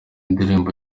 indirimbo